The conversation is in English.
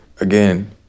again